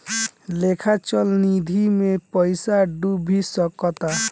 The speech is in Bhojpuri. लेखा चल निधी मे पइसा डूब भी सकता